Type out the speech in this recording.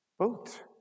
vote